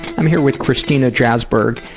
i'm here with christina jasberg,